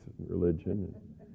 Religion